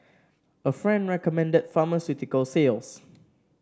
a friend recommended pharmaceutical sales